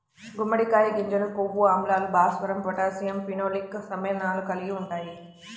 గుమ్మడికాయ గింజలు కొవ్వు ఆమ్లాలు, భాస్వరం, పొటాషియం, ఫినోలిక్ సమ్మేళనాలు కలిగి ఉంటాయి